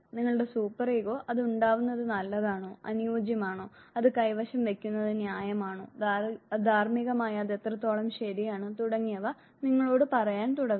നിങ്ങളുടെ super ego അത് ഉണ്ടാവുന്നത് നല്ലതാണോ അനുയോജ്യമാണോ അത് കൈവശം വയ്ക്കുന്നത് ന്യായമാണോ ധാർമ്മികമായി അത് എത്രത്തോളം ശരിയാണ് തുടങ്ങിയവ നിങ്ങളോട് പറയാൻ തുടങ്ങുന്നു